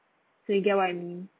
so you get what I mean